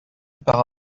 par